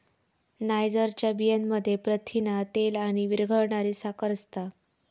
नायजरच्या बियांमध्ये प्रथिना, तेल आणि विरघळणारी साखर असता